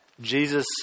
Jesus